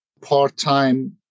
part-time